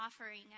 offering